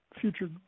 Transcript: future